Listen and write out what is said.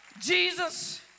Jesus